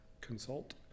consult